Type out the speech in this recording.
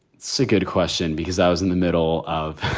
so good question, because i was in the middle of